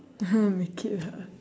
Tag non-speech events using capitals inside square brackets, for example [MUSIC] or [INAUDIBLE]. [LAUGHS] make it up